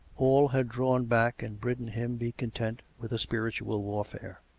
all had drawn back and bidden him be content with a spiritual warfare.